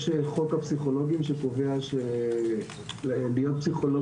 חוק הפסיכולוגים קובע שבשביל להיות פסיכולוג